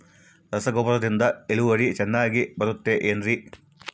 ರಸಗೊಬ್ಬರದಿಂದ ಇಳುವರಿ ಚೆನ್ನಾಗಿ ಬರುತ್ತೆ ಏನ್ರಿ?